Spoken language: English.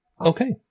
okay